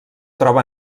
troba